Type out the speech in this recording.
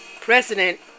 president